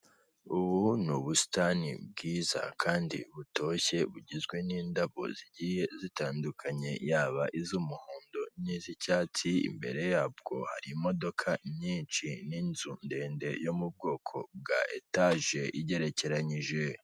Ubu ni ubusitani bwiza kandi butoshye bugizwe n'indabo zigiye zitandukanye yaba iz'umuhondo n'izicyatsi imbere yabwo harimo nyinshi ninzu ndende yo mu bwoko bwa etage igerekeranyije.